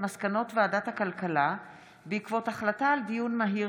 מסקנות הוועדה המיוחדת לזכויות הילד בעקבות דיון מהיר